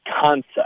concept